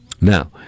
Now